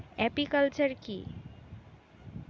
Apiculture কি?